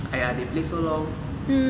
!aiya! they play so long